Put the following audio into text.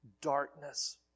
darkness